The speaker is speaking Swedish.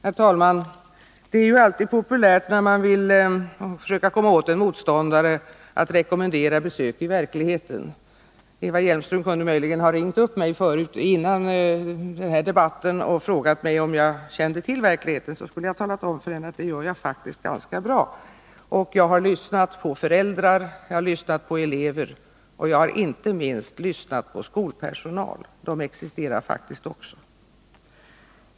Herr talman! Det är alltid populärt, när man försöker komma åt en motståndare, att rekommendera besök i verkligheten. Eva Hjelmström kunde möjligen ha ringt upp mig före den här debatten och frågat mig om jag kände till verkligheten. Jag kunde då ha talat om för henne att det gör jag ganska bra. Jag har lyssnat till föräldrar, och jag har lyssnat till elever. Inte minst har jag lyssnat till skolpersonal — också den existerar faktiskt.